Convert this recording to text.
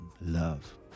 love